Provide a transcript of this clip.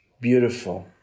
Beautiful